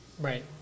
right